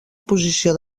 posició